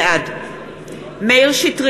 בעד (קוראת בשמות חברי הכנסת) מאיר שטרית,